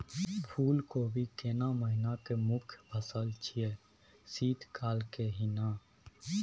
फुल कोबी केना महिना के मुखय फसल छियै शीत काल के ही न?